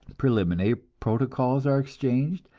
preliminary protocols are exchanged,